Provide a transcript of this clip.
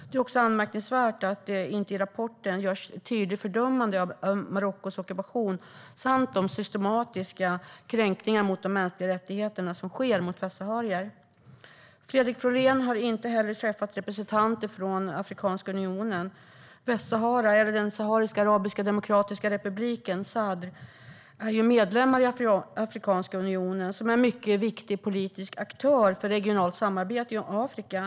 Det är också anmärkningsvärt att det i rapporten inte görs ett tydligt fördömande av Marockos ockupation och av de systematiska kränkningar av de mänskliga rättigheterna som sker mot västsaharier. Fredrik Florén har inte heller träffat representanter för Afrikanska unionen. Västsahara, eller den Sahariska arabiska demokratiska republiken, SADR, är ju medlem i Afrikanska unionen, som är en mycket viktig politisk aktör för regionalt samarbete i Afrika.